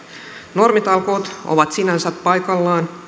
normitalkoot ovat sinänsä paikallaan